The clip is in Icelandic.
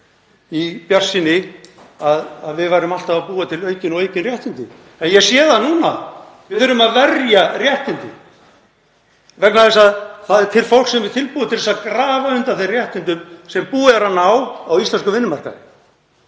í bjartsýni að við værum alltaf að búa til aukin réttindi en ég sé núna að við verðum að verja réttindi vegna þess að til er fólk sem er tilbúið til að grafa undan þeim réttindum sem búið er að ná á íslenskum vinnumarkaði.